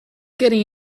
getting